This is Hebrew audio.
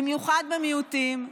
במיוחד במיעוטים,